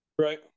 Right